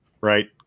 right